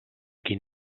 qui